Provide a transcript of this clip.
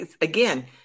again